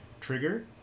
trigger